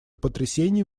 потрясений